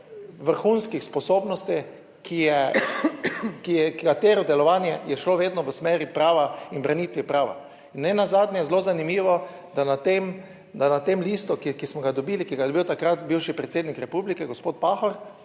Vrhunskih sposobnosti, ki je, kateri delovanje je šlo vedno v smeri prava in branitvi prava in nenazadnje je zelo zanimivo, da na tem, da na tem listu, ki smo ga dobili, ki ga je dobil takrat bivši predsednik republike, gospod Pahor,